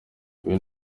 uyu